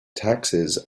taxes